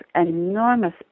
enormous